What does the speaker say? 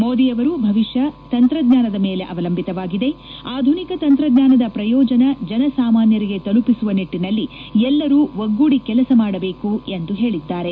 ಮೋದಿ ಅವರು ಭವಿಷ್ಯ ತಂತ್ರಜ್ಞಾನದ ಮೇಲೆ ಅವಲಂಬಿತವಾಗಿದೆ ಆಧುನಿಕ ತಂತ್ರಜ್ಞಾನದ ಪ್ರಯೋಜನ ಜನಸಾಮಾನ್ಯರಿಗೆ ತಲುಪಿಸುವ ನಿಟ್ಟಿನಲ್ಲಿ ಎಲ್ಲರೂ ಒಗ್ಗೂಡಿ ಕೆಲಸ ಮಾಡಬೇಕು ಎಂದು ಹೇಳಿದ್ದಾರೆ